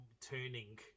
turning